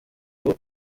ngo